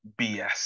BS